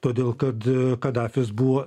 todėl kad kadafis buvo